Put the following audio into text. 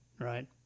right